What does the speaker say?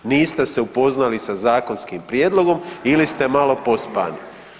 Niste se upoznali sa zakonskim prijedlogom ili ste malo pospani.